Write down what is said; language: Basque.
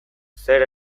zer